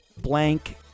Blank